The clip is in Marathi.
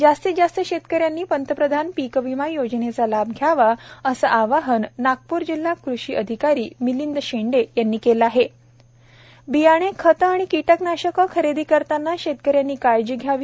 जास्तीत जास्त शेतकऱ्यांनी प्रधानमंत्री पीक विमा योजनेचा लाभ घ्यावा असे आवाहन नागपुर जिल्हा अधीक्षक कृषी अधिकारी मिलिंद शेंडे यांनी केले आहे बियाणे खते व किटकनाशके खरेदी करताना शेतकऱ्यांनी काळजी घ्यावी